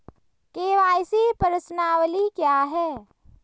KYC प्रश्नावली क्या है?